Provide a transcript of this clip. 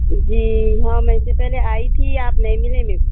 جی ہاں میں اس سے پہلے آئی تھی آپ نہیں ملے میم